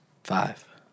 Five